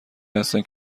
هستند